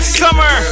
summer